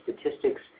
statistics